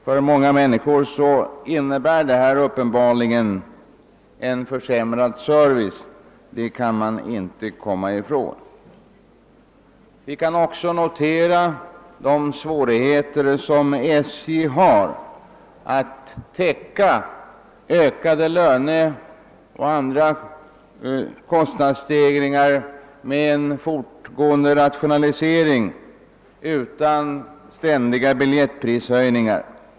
För många människor innebär detta uppenbarligen en försämrad service — det kan man inte komma ifrån. Vi kan också notera de svårigheter som SJ har att täcka ökade löner och andra kostnadsstegringar med en fortgående rationalisering utan ständiga bil jettprishöjningar.